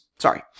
Sorry